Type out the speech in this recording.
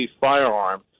firearm